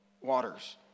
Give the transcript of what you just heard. waters